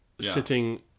sitting